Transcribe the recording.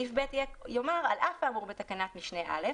וסעיף (ב) יאמר "על אף האמור בתקנת משנה (א),